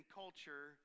culture